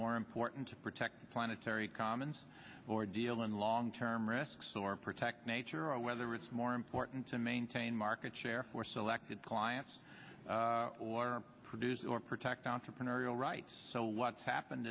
more important to protect planetary commons or deal in long term risks or protect nature or whether it's more important to maintain market share for selected clients or producers or protect entrepreneurial rights so what's happened